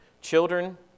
children